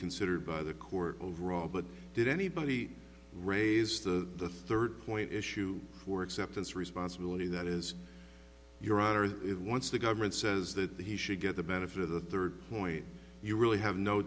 considered by the court overall but did anybody raise the third point issue or acceptance responsibility that is your honor is it once the government says that he should get the benefit of the third point you really have no